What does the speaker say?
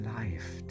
life